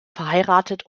verheiratet